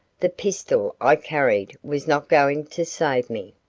the pistol i carried was not going to save me.